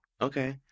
Okay